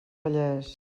vallès